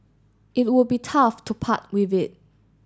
it would be tough to part with it